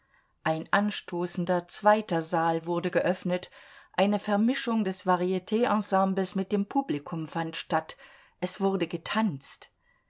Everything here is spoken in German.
ein anstoßender zweiter saal wurde geöffnet eine vermischung des variet ensembles mit dem publikum fand statt es wurde getanzt